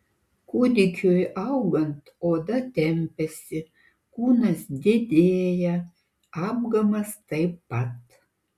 kūdikiui augant oda tempiasi kūnas didėja apgamas taip pat